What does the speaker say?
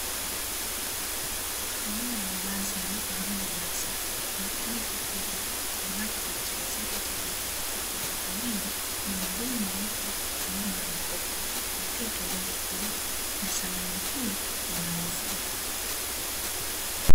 Eneo la wazi ambapo hamna nyasi kuna kitanda kikubwa ambacho kina chaga zake tayari na kwa pembeni kuna madumu meupe pamoja na makopo na pia toroli kubwa na samani hii inauzwa.